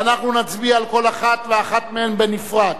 ואנחנו נצביע על כל אחת ואחת מהן בנפרד.